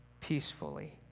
peacefully